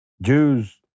Jews